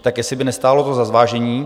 Tak jestli by to nestálo za zvážení.